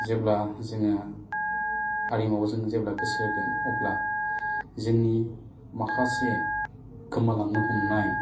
जेब्ला जोङो हारिमुआव जों जेब्ला गोसो होगोन अब्ला जोंनि माखासे गोमालांनो हमनाय